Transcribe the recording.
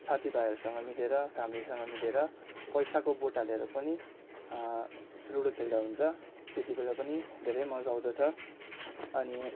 साथी भाइहरूसँग मिलेर फेमिलीसँग मिलेर पैसाको बेट हालेर पनि लुडो खेल्दा हुन्छ त्यतिबेला पनि धेरै मजा आउँदछ अनि